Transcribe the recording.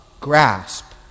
grasp